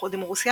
מאיחוד עם רוסיה